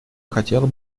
хотела